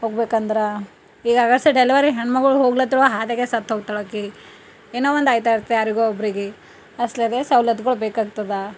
ಹೋಗ್ಬೇಕಂದ್ರೆ ಈಗ ಅಗರ್ಸೆ ಡೆಲ್ವರಿ ಹೆಣ್ಮಗಳು ಹೋಗ್ಲತ್ತಳು ಹಾದಿಗೇ ಸತ್ತೋಗ್ತಾಳೆ ಹಾಕಿ ಏನೋ ಒಂದು ಆಯ್ತಾ ಇರ್ತ್ ಯಾರಿಗೋ ಒಬ್ಬರಿಗೆ ಅಸ್ಲದೇ ಸವಲತ್ಗೊಳ್ ಬೇಕಾಗ್ತದ